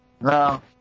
No